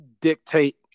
dictate